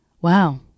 wow